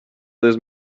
those